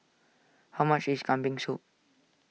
how much is Kambing Soup